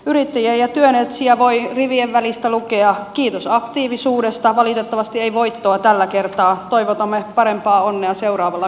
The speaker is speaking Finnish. yrittäjä ja työnetsijä voi rivien välistä lukea että kiitos aktiivisuudesta valitettavasti ei voittoa tällä kertaa toivotamme parempaa onnea seuraavalla kerralla